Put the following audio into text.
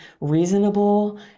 reasonable